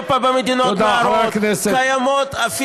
חבר הכנסת, קיימים באירופה ובמדינות אחרות.